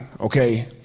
okay